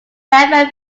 event